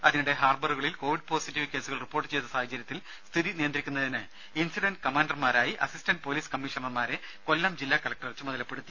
അതിനിടെ ഹാർബറുകളിൽ Covid positive കേസുകൾ റിപ്പോർട്ട് ചെയ്ത സാഹചര്യത്തിൽ സ്ഥിതി നിയന്ത്രിക്കുന്നതിന് ഇൻസിഡന്റ് കമാണ്ടർമാരായി അസിസ്റ്റന്റ് പോലീസ് കമ്മീഷണർമാരെ കൊല്ലം ജില്ലാ കലക്ടർ ചുമതലപ്പെടുത്തി